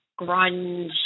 grunge